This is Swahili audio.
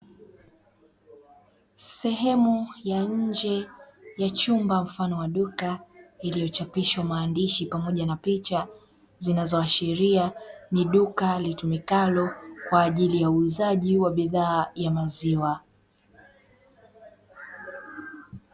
Sehemu ya nje ya chumba mfano wa duka, iliyochapishwa maandishi pamoja na picha zinazoashiria kuwa ni duka litumikalo kwaajili ya uuzaji wa bidhaa ya maziwa.